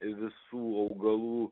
visų augalų